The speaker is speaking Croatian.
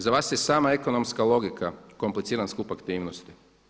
Za vas je sama ekonomska logika kompliciran skup aktivnosti.